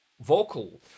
vocal